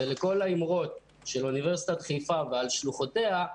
לכל האמרות לגבי אוניברסיטת חיפה ושלוחותיה,